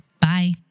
Bye